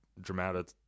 dramatic